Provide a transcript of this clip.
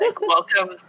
welcome